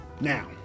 Now